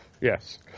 Yes